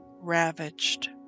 ravaged